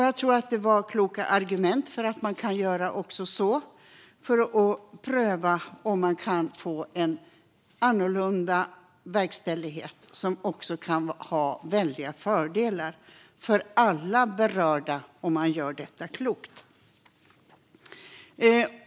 Jag tror att det är kloka argument, för man kan göra också så för att pröva om man kan ha en annan verkställighet som kan ha väldiga fördelar för alla berörda om man gör detta klokt.